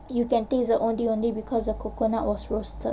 you can take the ondeh-ondeh because the coconut was roasted